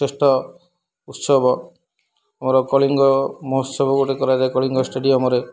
ଶ୍ରେଷ୍ଠ ଉତ୍ସବ ଆମର କଳିଙ୍ଗ ମହୋତ୍ସବ ଗୋଟେ କରାଯାଏ କଳିଙ୍ଗ ଷ୍ଟେଡ଼ିୟମ୍ରେ